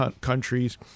countries